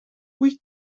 wyt